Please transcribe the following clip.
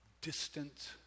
distant